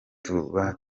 tuba